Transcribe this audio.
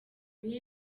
guha